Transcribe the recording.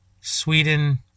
Sweden